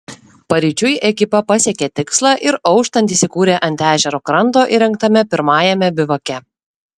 paryčiui ekipa pasiekė tikslą ir auštant įsikūrė ant ežero kranto įrengtame pirmajame bivake